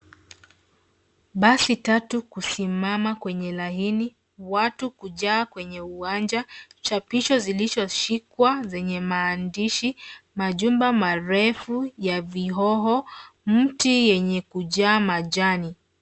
Basi tatu kusimama kwenye laini. Watu kujaa kwenye uwanja. Chapisho zilizoshikwa zenye maandishi. Majumba marefu yenye vioo. Mti yenye kujaa majani.